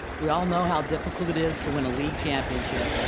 we all know how difficult it is to win a league championship,